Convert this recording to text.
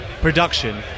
production